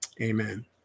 Amen